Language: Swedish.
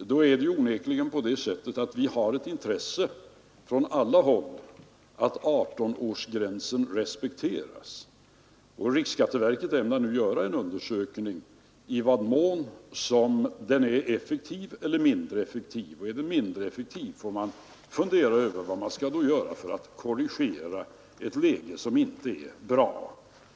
är det onekligen så att vi har ett intresse på alla håll av att 18-årsgränsen respekteras. Riksskatteverket ämnar nu göra en undersökning om i vad mån regeln om 18-årsgränsen är effektiv eller mindre effektiv. Är den mindre effektiv, får man fundera över vad man då skall göra för att korrigera ett förhållande som inte är bra.